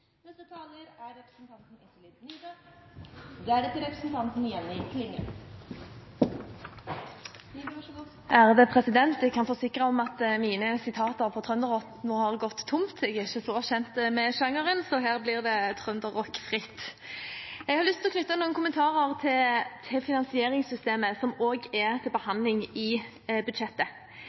Ærede president, jeg kan forsikre at jeg nå har gått tom for sitater fra trønderrock – jeg er ikke så kjent med den genren – så her blir det trønderrock-fritt. Jeg har lyst til å knytte noen kommentarer til finansieringssystemet, som også er til behandling i budsjettet.